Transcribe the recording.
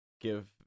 give